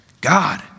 God